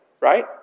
right